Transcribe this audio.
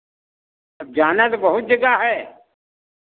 अब जाना तो बहुत जगह है